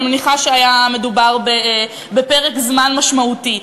אני מניחה שהיה מדובר בפרק זמן משמעותי,